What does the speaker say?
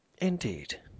Indeed